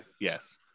yes